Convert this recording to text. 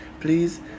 Please